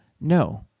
no